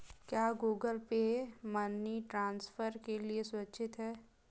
क्या Google Pay money transfer के लिए सुरक्षित है?